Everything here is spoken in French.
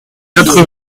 quatre